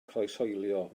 croeshoelio